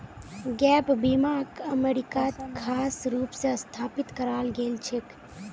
gap बीमाक अमरीकात खास रूप स स्थापित कराल गेल छेक